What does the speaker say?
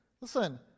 listen